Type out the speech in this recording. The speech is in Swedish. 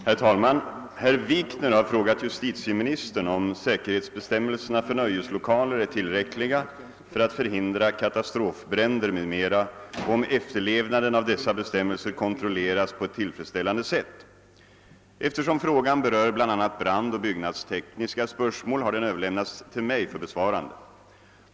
Herr talman! Herr Wikner har frågat justitieministern om säkerhetsbestämmelserna för nöjeslokaler är tillräckliga för att förhindra katastrofbränder m.m. och om efterlevnaden av dessa bestämmelser kontrolleras på ett tillfredsställande sätt. Eftersom frågan berör bl.a. brandoch byggnadstekniska spörsmål har den överlämnats till mig för besvarande.